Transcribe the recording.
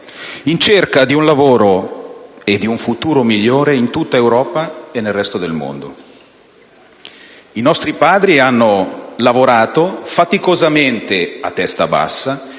in cerca di un lavoro e di un futuro migliore in tutta Europa e nel resto del mondo. I nostri padri hanno lavorato faticosamente, a testa bassa,